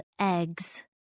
eggs